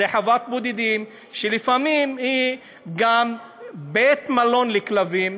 זו חוות בודדים שלפעמים היא גם בית מלון לכלבים,